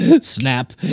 snap